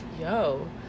yo